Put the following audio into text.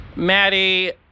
Maddie